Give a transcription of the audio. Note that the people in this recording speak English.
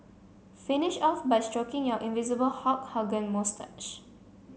finish off by stroking your invisible Hulk Hogan moustache